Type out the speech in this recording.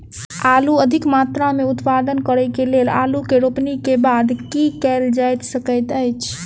आलु अधिक मात्रा मे उत्पादन करऽ केँ लेल आलु केँ रोपनी केँ बाद की केँ कैल जाय सकैत अछि?